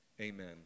amen